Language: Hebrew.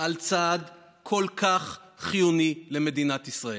על צעד כל כך חיוני למדינת ישראל.